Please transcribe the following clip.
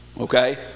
Okay